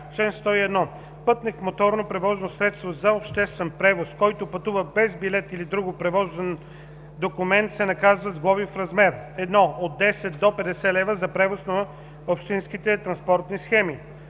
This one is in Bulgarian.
101. Пътник в моторно превозно средство за обществен превоз, който пътува без билет или друг превозен документ, се наказва с глоба в размер: 1. от 10 до 50 лв. - за превози по общинските транспортни схеми;